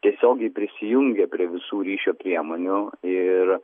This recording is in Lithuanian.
tiesiogiai prisijungę prie visų ryšio priemonių ir